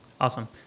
Awesome